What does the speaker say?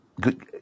good